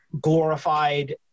glorified